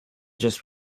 just